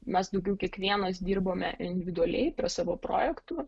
mes daugiau kiekvienas dirbome individualiai prie savo projektų